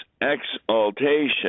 exaltation